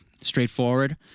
straightforward